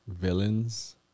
villains